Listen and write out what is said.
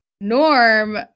Norm